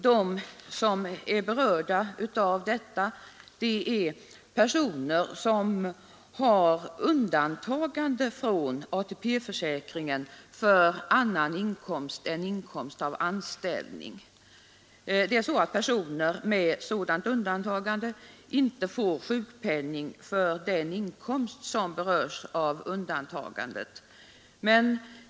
Det gäller personer som har undantagande från ATP-försäkringen för annan inkomst än inkomst av anställning. Dessa får inte sjukpenning för den inkomst som berörs av undantagandet.